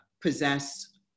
possess